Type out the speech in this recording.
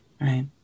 right